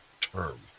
term